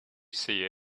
see